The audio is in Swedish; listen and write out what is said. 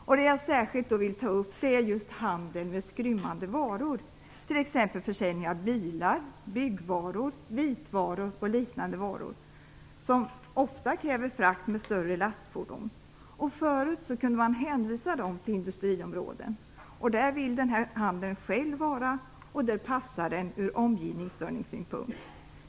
Det jag särskilt vill ta upp är handeln med skrymmande varor, t.ex. försäljning av bilar, byggvaror, vitvaror och liknande som ofta kräver frakt med större lastfordon. Förut kunde de hänvisas till industiområden. Där vill den här handeln själv vara och där passar den ur omgivningsstörningssynpunkt.